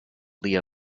lea